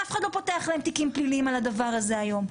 ואף אחד לא פותח להם תיקים פליליים על הדבר הזה היום.